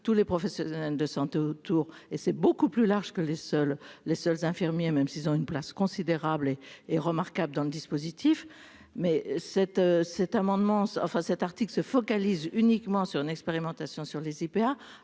tous les professionnels de santé autour et c'est beaucoup plus large que les seuls les seuls infirmiers, même s'ils ont une place considérable et et remarquable dans le dispositif, mais cet cet amendement enfin cet article se focalise uniquement sur une expérimentation sur les CPA